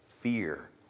fear